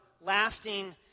lasting